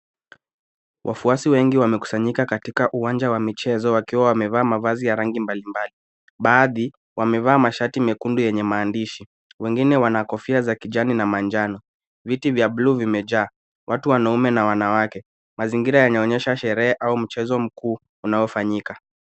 Wafuasi wengi wamekusanyika katika uwanja wa michezo wakiwa wamevaa mavazi ya rangi mbalimbali. Baadhi wamevaa mashati mekundu yenye maandishi, wengine wana kofia za kijani na manjano. Viti vya bluu vimejaa watu wanaume na wanawake, mazingira yanaonyesha sherehe au mchezo mkuu unaofanyika.